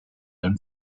than